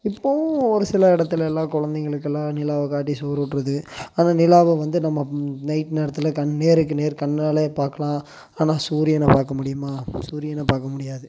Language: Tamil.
இப்போவும் ஒருசில இடத்துலலாம் குழந்தைங்களுக்கெல்லாம் நிலாவை காட்டி சோறு ஊட்டுறது அந்த நிலாவை வந்து நம்ம நைட் நேரத்தில் கண் நேருக்குநேர் கண்ணாலே பார்க்கலாம் ஆனால் சூரியனை பார்க்க முடியுமா சூரியனை பார்க்க முடியாது